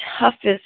toughest